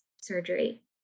surgery